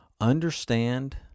Understand